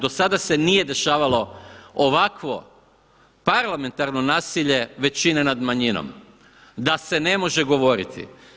Do sada se nije dešavalo ovakvo parlamentarno nasilje većine nad manjinom, da se ne može govoriti.